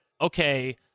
okay